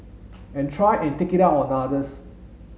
and try and take it out on others